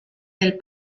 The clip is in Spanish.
del